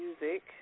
music